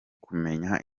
kumenya